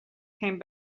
came